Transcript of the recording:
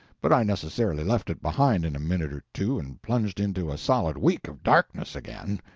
but i necessarily left it behind in a minute or two and plunged into a solid week of darkness again.